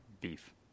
beef